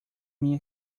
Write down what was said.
minha